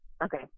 Okay